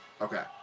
Okay